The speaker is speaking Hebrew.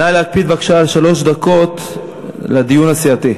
נא להקפיד על שלוש דקות בדיון הסיעתי.